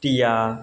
টিয়া